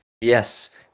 Yes